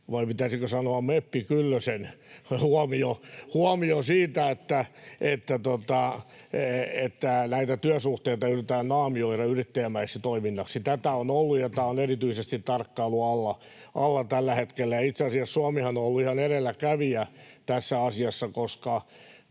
[Ben Zyskowicz: Tulevan!] huomio siitä, että näitä työsuhteita yritetään naamioida yrittäjämäiseksi toiminnaksi. Tätä on ollut, ja tämä on erityisesti tarkkailun alla tällä hetkellä. Itse asiassa Suomihan on ollut ihan edelläkävijä tässä asiassa, koska